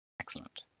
Excellent